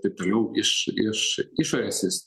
taip toliau iš iš išorės jis